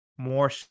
more